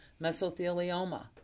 mesothelioma